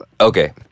Okay